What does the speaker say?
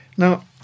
Now